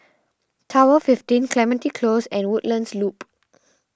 Tower fifteen Clementi Close and Woodlands Loop